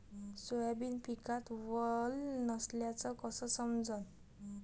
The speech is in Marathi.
सोयाबीन पिकात वल नसल्याचं कस समजन?